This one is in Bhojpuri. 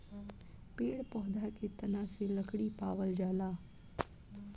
पेड़ पौधा के तना से लकड़ी पावल जाला